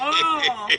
חברים,